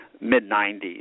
mid-90s